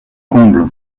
comble